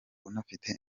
unafite